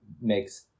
makes